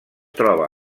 troba